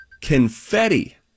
confetti